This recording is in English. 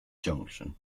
junction